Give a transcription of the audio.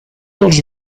dels